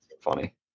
Funny